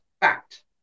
fact